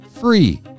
free